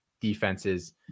defenses